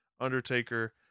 undertaker